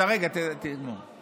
אתה, רגע, אנחנו